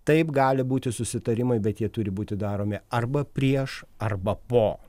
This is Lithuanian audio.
taip gali būti susitarimai bet jie turi būti daromi arba prieš arba po